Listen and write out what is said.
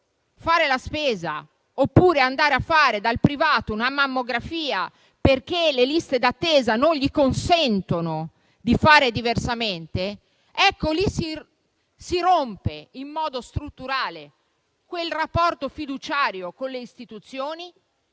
fare la spesa oppure rivolgersi al privato per una mammografia, perché le liste d'attesa non consentono di fare diversamente, è lì che si rompe in modo strutturale il rapporto fiduciario con le istituzioni